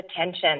attention